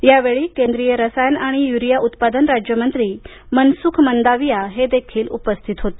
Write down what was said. या वेळी केंद्रीय रसायने आणि युरिया उत्पादन राज्यमंत्री मनसुख मंदाविया हे देखील उपस्थित होते